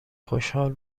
خشحال